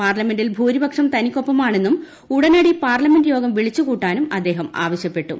പാർലമെന്റിൽ ഭൂരിപക്ഷം തനിക്കൊപ്പമാണെന്നും ഉടനടി പാർലമെന്റ് യോഗം വിളിച്ചു കൂട്ടാനും അദ്ദേഹം ആവശ്യപ്പെട്ടു